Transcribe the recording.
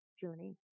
journey